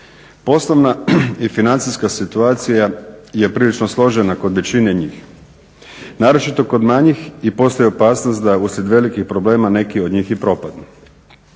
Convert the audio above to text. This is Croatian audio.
Poslovan i financijska situacija je prilično složena kod većine njih, naročito kod manjih i postoji opasnost da uslijed velikih problema neki od njih i propadnu.